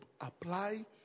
apply